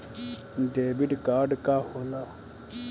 Debit card का होला?